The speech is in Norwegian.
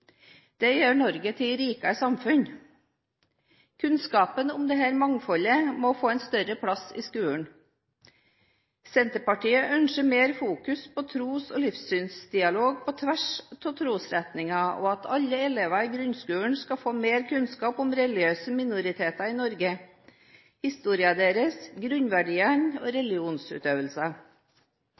Det gjør Norge til et rikere samfunn. Kunnskapen om dette mangfoldet må få en større plass i skolen. Senterpartiet ønsker mer fokus på tros- og livssynsdialog på tvers av trosretninger, og at alle elever i grunnskolen skal få mer kunnskap om religiøse minoriteter i Norge, historien deres, grunnverdiene og